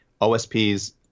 OSP's